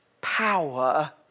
power